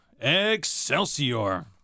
Excelsior